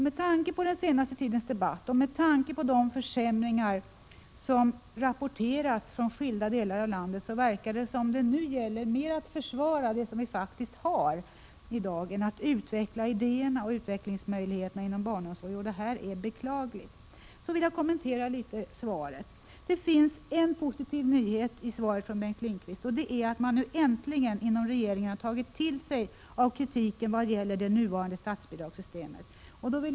Med tanke på den senaste tidens debatt och med tanke på de försämringar som rapporterats från skilda delar av landet verkar det som om det nu gällde mer att försvara den barnomsorg som vi faktiskt har i dag än att utveckla idéerna och framtidsmöjligheterna inom barnomsorgen. Detta är beklagligt. Jag vill också något kommentera svaret på min interpellation. Det finns en positiv nyhet i svaret från Bengt Lindqvist, och det är att man nu äntligen inom regeringen har tagit till sig av kritiken vad gäller det nuvarande statsbidragssystemet.